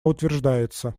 утверждается